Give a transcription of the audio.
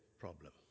problem